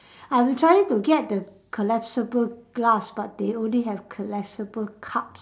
I'm trying to get the collapsible glass but they only have collapsible cups